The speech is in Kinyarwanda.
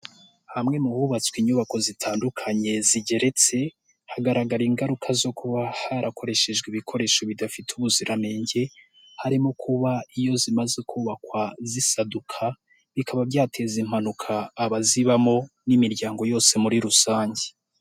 Hamwe mu hubatswe inyubako zitandukanye zigeretse, hagaragara ingaruka zo kuba harakoreshejwe ibikoresho bidafite ubuziranenge, harimo kuba iyo zimaze kubakwa zisaduka, bikaba byateza impanuka abazibamo n'imiryango yose muri rusange.